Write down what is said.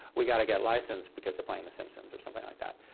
we gotta get license because they're playing the simpsons or something like that,